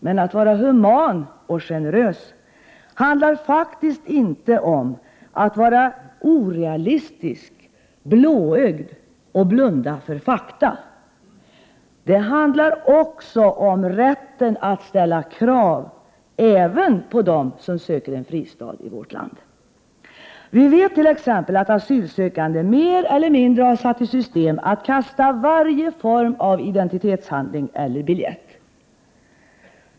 Men att vara human och generös handlar faktiskt inte om att vara orealistisk och blåögd och blunda för fakta. Det handlar också om rätten att ställa krav även på dem som söker en fristad i vårt land. Vi vet t.ex. att asylsökande mer eller mindre har satt i system att kasta varje form av identitetshandling eller biljett.